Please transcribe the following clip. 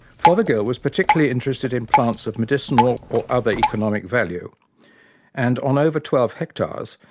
fothergill was particularly interested in plants of medicinal or other economic value and, on over twelve hectares,